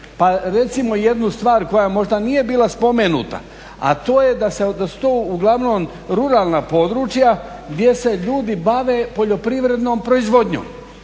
Pa recimo jednu stvar koja možda nije bila spomenuta, a to je da su to uglavnom ruralna područja gdje se ljudi bave poljoprivrednom proizvodnjom,